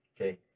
okay